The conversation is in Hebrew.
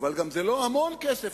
אבל זה גם לא המון כסף.